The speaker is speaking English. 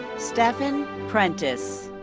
stephan prentiss.